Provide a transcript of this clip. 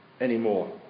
anymore